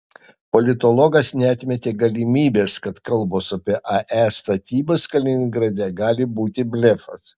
politologas neatmetė galimybės kad kalbos apie ae statybas kaliningrade gali būti blefas